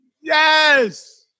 Yes